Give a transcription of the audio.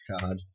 God